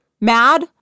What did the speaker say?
mad